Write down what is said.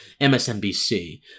MSNBC